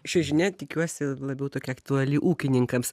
ši žinia tikiuosi labiau tokia aktuali ūkininkams